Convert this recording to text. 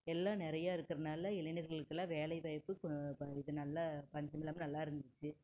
எல்லாம் நிறையா இருக்கிறனால இளைஞர்களுக்கெலாம் வேலைவாய்ப்பு இதனால பஞ்சமில்லாமல் நல்லா இருந்துச்சு